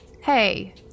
Hey